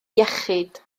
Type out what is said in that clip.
iechyd